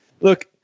look